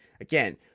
Again